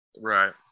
right